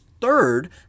third